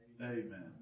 Amen